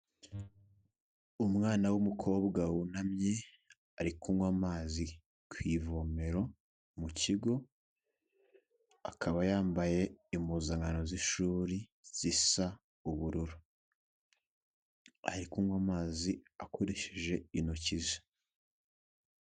Umwana w'umukobwa wunamye, ari kunywa amazi ku ivomero mu kigo, akaba yambaye impuzankano z'ishuri zisa ubururu, ari kunywa amazi akoresheje intoki ze.